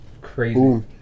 Crazy